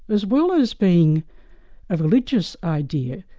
as well as being a religious idea,